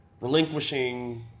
relinquishing